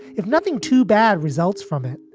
if nothing to bad results from it,